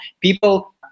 people